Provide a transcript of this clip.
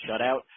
shutout